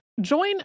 Join